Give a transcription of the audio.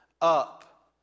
up